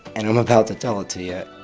and i'm about to tell it to yeah